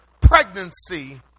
pregnancy